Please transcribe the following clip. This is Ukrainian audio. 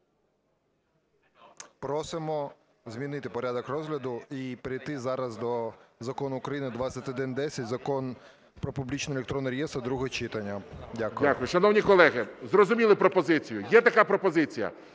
Просимо змінити порядок розгляду і перейти зараз до Закону України 2110 – Закон про публічні електронні реєстри (друге читання). Дякую. ГОЛОВУЮЧИЙ. Дякую. Шановні колеги, зрозуміли пропозицію? Є така пропозиція: